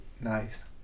nice